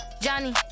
Johnny